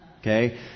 Okay